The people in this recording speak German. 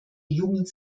jugend